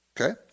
Okay